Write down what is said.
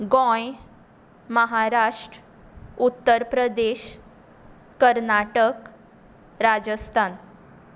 Goa Maharashtra Uttar Pradesh Karnataka Rajasthan